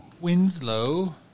Winslow